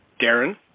Darren